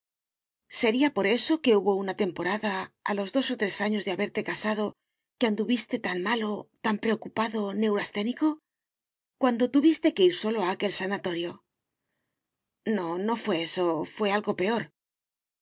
sería por eso que hubo una temporada a los dos o tres años de haberte casado que anduviste tan malo tan preocupado neurasténico cuando tuviste que ir solo a aquel sanatorio no no fué eso fué algo peor